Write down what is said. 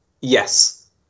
yes